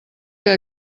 que